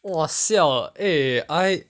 !wah! siao ah eh I